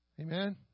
Amen